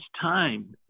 time